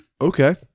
Okay